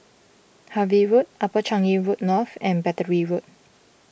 Harvey Road Upper Changi Road North and Battery Road